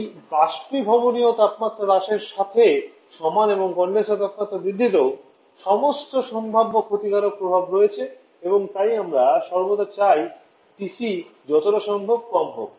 এটি বাষ্পীভবনীয় তাপমাত্রা হ্রাসের সাথে সমান এবং কনডেনসার তাপমাত্রা বৃদ্ধিতেও সমস্ত সম্ভাব্য ক্ষতিকারক প্রভাব রয়েছে এবং তাই আমরা সর্বদা চাই টিসি যতটা সম্ভব কম হোক